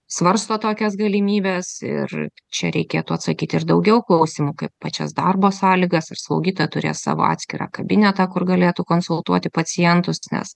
svarsto tokias galimybes ir čia reikėtų atsakyti ir daugiau klausimų kaip pačias darbo sąlygas ir slaugytoja turės savo atskirą kabinetą kur galėtų konsultuoti pacientus nes